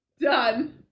Done